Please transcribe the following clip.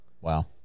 Wow